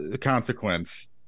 consequence